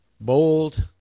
Bold